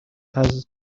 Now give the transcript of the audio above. has